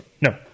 No